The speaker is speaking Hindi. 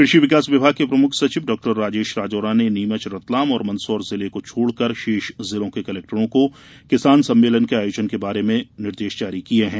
कृषि विकास विभाग के प्रमुख सचिव डाक्टर राजेश राजोरा ने नीमच रतलाम और मन्दसौर जिले को छोड़कर शेष जिलों के कलेक्टरों को किसान सम्मेलन के आयोजन के बारे में निर्देश जारी किये हैं